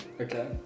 okay